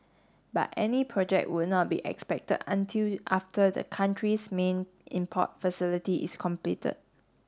but any project would not be expected until after the country's main import facility is completed